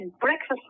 breakfast